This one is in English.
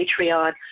Patreon